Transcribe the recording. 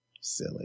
Silly